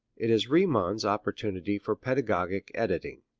it is riemann's opportunity for pedagogic editing,